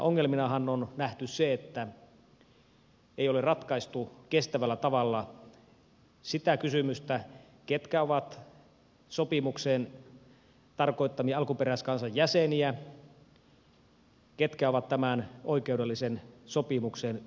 keskeisenä ongelmanahan on nähty se että ei ole ratkaistu kestävällä tavalla sitä kysymystä ketkä ovat sopimuksen tarkoittamia alkuperäiskansan jäseniä ketkä ovat tämän oikeudellisen sopimuksen subjekteja